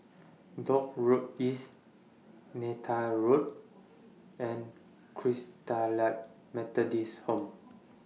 Dock Road East Neythal Road and Christalite Methodist Home